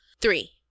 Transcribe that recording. three